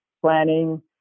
planning